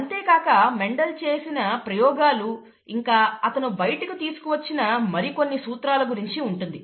అంతేకాక మెండల్ చేసిన ప్రయోగాలు ఇంకా అతను బయటకు తీసుకు వచ్చిన మరికొన్ని సూత్రాల గురించి ఉంటుంది